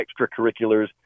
extracurriculars